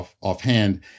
offhand